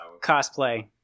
cosplay